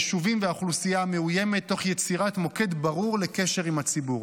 היישובים והאוכלוסייה המאוימת תוך יצירת מוקד ברור לקשר עם הציבור.